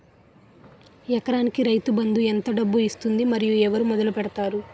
ఎకరానికి రైతు బందు ఎంత డబ్బులు ఇస్తుంది? మరియు ఎవరు మొదల పెట్టారు?